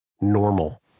normal